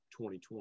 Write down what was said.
2020